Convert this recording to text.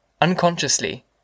Unconsciously